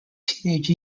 teenage